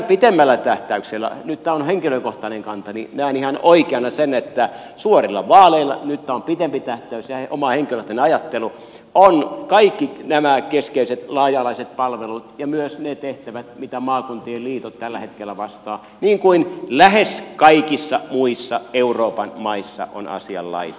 pitemmällä tähtäyksellä nyt tämä on henkilökohtainen kantani näen ihan oikeana sen että suorilla vaaleilla järjestetään nyt tämä on pitempi tähtäys ja henkilökohtainen ajatteluni kaikki nämä keskeiset laaja alaiset palvelut ja myös ne tehtävät joista maakuntien liitot tällä hetkellä vastaavat niin kuin lähes kaikissa muissa euroopan maissa on asianlaita